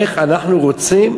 איך אנחנו רוצים